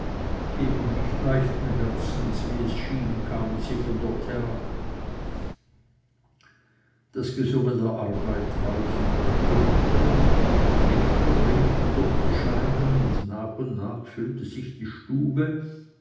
eben nicht leichten herzens wie es schien kamen sie von dort herab das gesumme der arbeit draußen verstummte lichter blinkten durch die scheiben und nach und nach füllte sich die stube